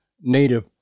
Native